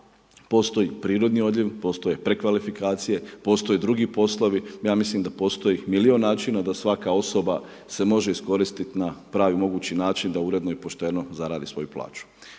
postoji prirodni odljev, postoje prekvalifikacije, postoji i drugi poslovi, ja mislim da postoji milijun načina, da svaka osoba se može iskoristiti na pravi mogući način da uredno i pošteno zaradi svoju plaću.